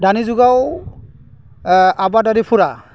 दानि जुगाव आबादारिफोरा